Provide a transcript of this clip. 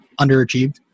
underachieved